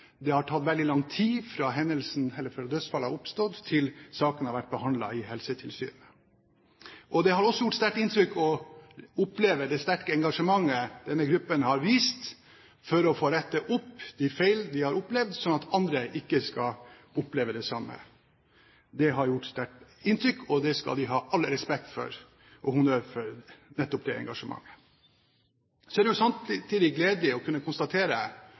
det har tatt veldig lang tid fra dødsfallet har skjedd, til saken har blitt behandlet i Helsetilsynet. Det har også gjort sterkt inntrykk å oppleve det sterke engasjementet denne gruppen har vist for å få rettet opp feil de har opplevd, slik at andre ikke skal oppleve det samme. Det har gjort sterkt inntrykk, og det engasjementet skal de ha all respekt og honnør for. Så er det samtidig gledelig å kunne konstatere,